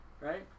right